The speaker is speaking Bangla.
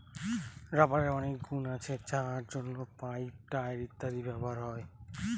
রাবারের অনেক গুন আছে যার জন্য পাইপ, টায়ার ইত্যাদিতে ব্যবহার হয়